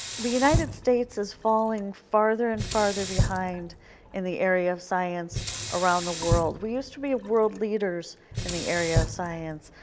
the united states is falling farther and farther behind in the area of science around the world. we used to be world leaders in the area of science.